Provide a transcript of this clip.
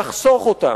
נחסוך אותם,